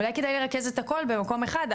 אולי כדאי לרכז את הכול במקום אחד,